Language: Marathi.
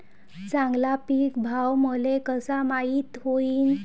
चांगला पीक भाव मले कसा माइत होईन?